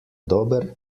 dober